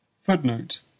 Footnote